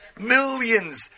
Millions